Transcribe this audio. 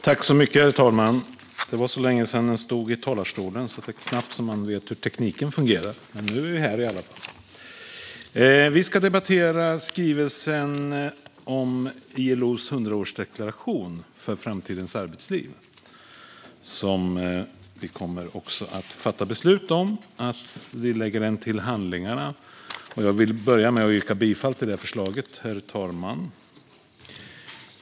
Herr talman! Det var så länge sedan jag stod i talarstolen att det är knappt jag vet hur tekniken fungerar. Men nu är jag här i alla fall! Vi ska debattera skrivelsen om ILO:s hundraårsdeklaration för framtidens arbetsliv, som vi sedan ska fatta beslut om att lägga till handlingarna. Jag vill börja med att yrka bifall till förslaget, herr talman.